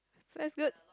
that's good